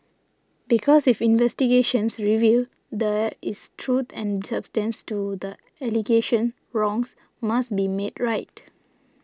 because if investigations reveal there is truth and substance to the allegations wrongs must be made right